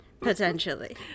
potentially